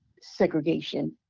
segregation